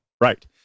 right